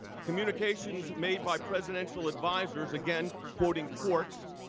communications made by presidential advisors, again, quoting court.